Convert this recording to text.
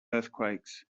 earthquakes